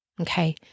Okay